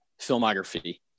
filmography